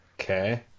Okay